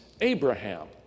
Abraham